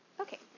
Okay